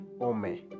Ome